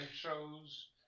shows